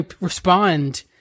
respond